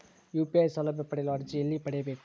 UPI ಸೌಲಭ್ಯ ಪಡೆಯಲು ಅರ್ಜಿ ಎಲ್ಲಿ ಪಡಿಬೇಕು?